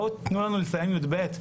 בואו תנו לנו לסיים כיתה י"ב.